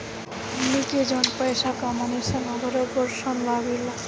हमनी के जौन पइसा कमानी सन ओकरा पर कर लागेला